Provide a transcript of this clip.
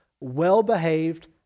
well-behaved